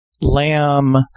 lamb